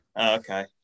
Okay